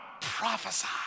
prophesy